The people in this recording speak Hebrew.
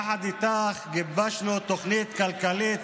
יחד איתך גיבשנו תוכנית כלכלית,